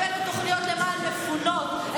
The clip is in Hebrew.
הבאנו תוכניות למען מפונות,